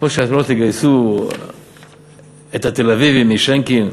כמו שאתם לא תגייסו את התל-אביבים משינקין,